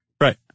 Right